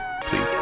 please